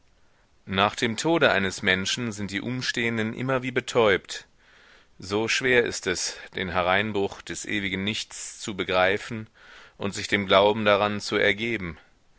nach dem tode eines menschen sind die umstehenden immer wie betäubt so schwer ist es den hereinbruch des ewigen nichts zu begreifen und sich dem glauben daran zu ergeben